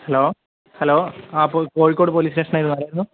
hello hello ആ Kozhikode police സ്റ്റേഷനായിരുന്നു ആരായിരുന്നു